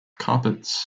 carpets